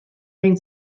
egin